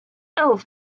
elves